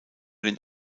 den